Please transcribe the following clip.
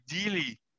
Ideally